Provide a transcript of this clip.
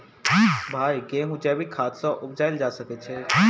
भाई गेंहूँ जैविक खाद सँ उपजाल जा सकै छैय?